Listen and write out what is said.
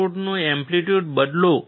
આઉટપુટનું એમ્પ્લિટ્યૂડ બદલો